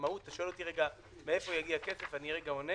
במהות אתה שואל אותי מאיפה יגיע הכסף, אני עונה.